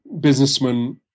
businessman